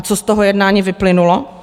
Co z toho jednání vyplynulo?